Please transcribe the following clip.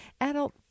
adult